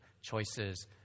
choices